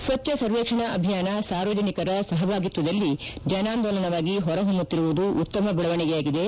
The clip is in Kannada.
ಸ್ಟಚ್ದ ಸರ್ವೇಕ್ಷಣಾ ಅಭಿಯಾನ ಸಾರ್ವಜನಿಕರ ಸಹಭಾಗಿತ್ವದಲ್ಲಿ ಜನ ಆಂದೋಲನವಾಗಿ ಹೊರಹೊಮ್ತುತ್ತಿರುವುದು ಉತ್ತಮ ದೆಳವಣಿಗೆಯಾಗಿದೆ